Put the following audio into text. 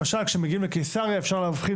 למשל כשמגיעים לקיסריה אפשר להבחין